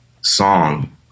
song